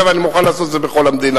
אגב, אני מוכן לעשות את זה גם בכל המדינה.